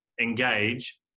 engage